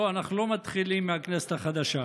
לא, אנחנו לא מתחילים מהכנסת החדשה.